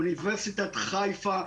אוניברסיטת חיפה,